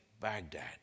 Baghdad